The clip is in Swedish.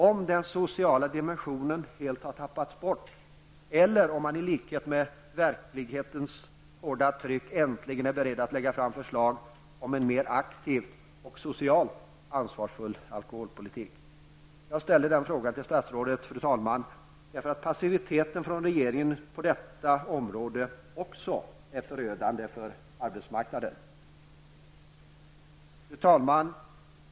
Har den sociala dimensionen helt tappats bort, eller är man med tanke på verklighetens hårda tryck äntligen beredd att lägga fram förslag om en mer aktiv och socialt ansvarsfull alkoholpolitik? Jag ställer dessa frågor till statsrådet därför att passiviteten från regeringen på detta område också är förödande för arbetsmarknaden. Fru talman!